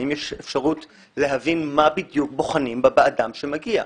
האם יש אפשרות להבין מה בדיוק בוחנים באדם שמגיע?